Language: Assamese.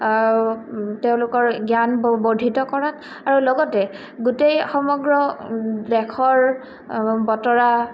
তেওঁলোকৰ জ্ঞান বৰ্দ্ধিত কৰাত আৰু লগতে গোটেই সমগ্ৰ দেশৰ বতৰা